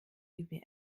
die